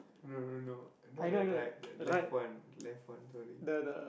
no no no no not that right the left one left one sorry